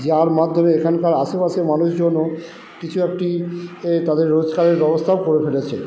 যার মাধ্যমে এখানকার আশেপাশের মানুষজনও কিছু একটি তাদের রোজগারের ব্যবস্থাও করে ফেলেছে